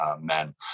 men